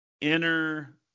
inner